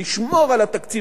לשמור על התקציב,